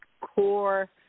core